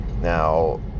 Now